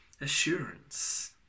assurance